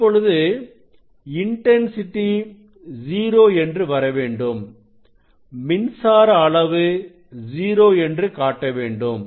இப்பொழுது intensity 0 என்று வரவேண்டும் மின்சார அளவு 0 என்று காட்ட வேண்டும்